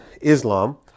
Islam